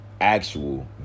actual